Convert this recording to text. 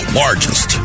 largest